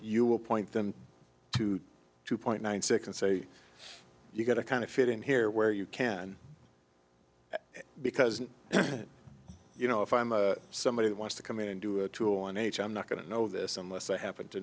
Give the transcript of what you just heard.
you will point them to two point one six and say you've got to kind of fit in here where you can because you know if i'm a somebody who wants to come in and do a tool and h i'm not going to know this unless i happen to